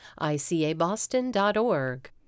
icaboston.org